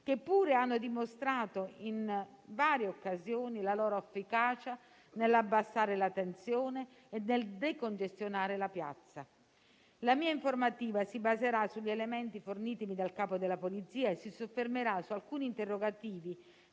che pure hanno dimostrato in varie occasioni la loro efficacia nell'abbassare la tensione e nel decongestionare la piazza. La mia informativa si baserà sugli elementi fornitimi dal Capo della polizia e si soffermerà su alcuni interrogativi